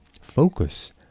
Focus